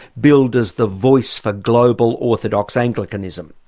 billed as the voice for global orthodox anglicanism.